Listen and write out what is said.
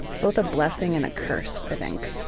both a blessing and a curse, i think.